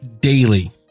daily